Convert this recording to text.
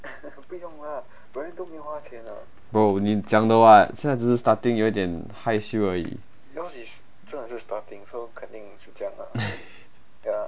bro 你讲的 [what] 现在只是 starting 有点害羞而已